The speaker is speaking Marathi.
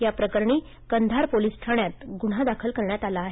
या प्रकरणी कंधार पोलिस ठाण्यात गुन्हा दाखल करण्यात आला आहे